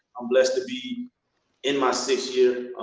i'm blessed to be in my sixth year.